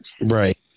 Right